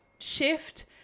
shift